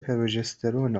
پروژسترون